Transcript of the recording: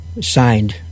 Signed